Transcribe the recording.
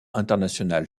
international